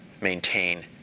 maintain